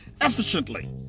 efficiently